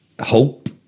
hope